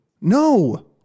No